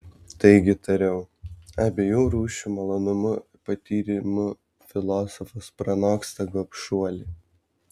taigi tariau abiejų rūšių malonumų patyrimu filosofas pranoksta gobšuolį